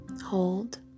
Hold